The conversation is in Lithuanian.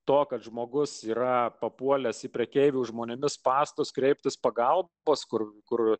to kad žmogus yra papuolęs į prekeivių žmonėmis spąstus kreiptis pagalbos kur kur